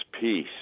peace